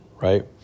right